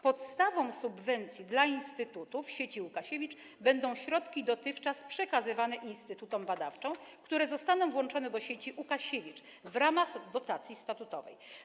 Podstawą subwencji dla instytutów sieci Łukasiewicz będą środki dotychczas przekazywane instytutom badawczym, które zostaną włączone do sieci Łukasiewicz w ramach dotacji statutowej.